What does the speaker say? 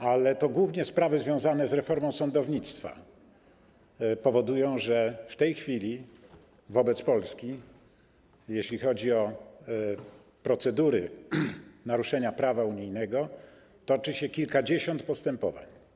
Ale to głównie sprawy związane z reformą sądownictwa powodują, że w tej chwili wobec Polski, jeśli chodzi o procedury dotyczące naruszenia prawa unijnego, toczy się kilkadziesiąt postępowań.